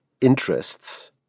interests